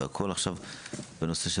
ועכשיו לנושא של